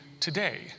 today